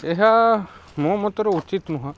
ଏହା ମୋ ମତରେ ଉଚିତ୍ ନୁହଁ